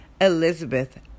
Elizabeth